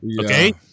okay